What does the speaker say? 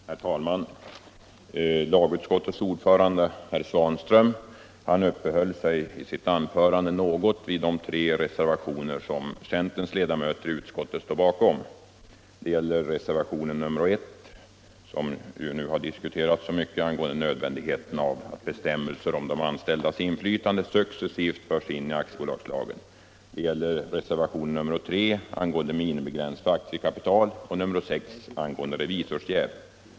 Herr talman! Lagutskottets ordförande herr Svanström uppehöll sig i sitt anförande något vid de tre reservationer som centerns ledamöter i utskottet står bakom — reservationen 1 som gäller nödvändigheten av att bestämmelser om de anställdas inflytande successivt förs in i aktiebolagslagen, reservationen 3 angående minimigräns för aktiekapital och reservationen 6 om revisorsjäv.